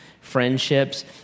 friendships